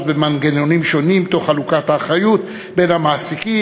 במנגנונים שונים תוך חלוקת האחריות בין המעסיקים,